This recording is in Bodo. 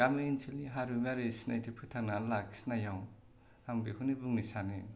गामि ओनसोलनि हारिमुआरि सिनायथि फोथांनानै लाखिनायाव आं बेखौनो बुंनो सानो